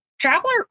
Traveler